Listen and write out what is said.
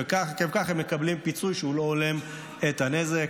ועקב כך הם מקבלים פיצוי שהוא לא הולם את הנזק.